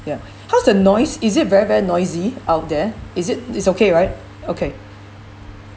ya how's the noise is it very very noisy out there is it is okay right okay